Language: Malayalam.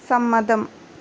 സമ്മതം